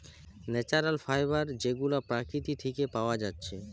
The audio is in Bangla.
ন্যাচারাল ফাইবার যেগুলা প্রকৃতি থিকে পায়া যাচ্ছে